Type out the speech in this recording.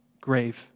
grave